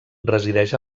resideix